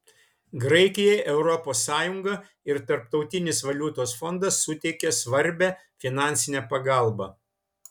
graikijai europos sąjunga ir tarptautinis valiutos fondas suteikė svarbią finansinę pagalbą